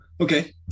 Okay